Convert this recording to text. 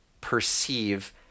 perceive